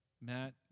Matt